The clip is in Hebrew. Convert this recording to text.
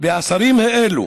והשרים האלה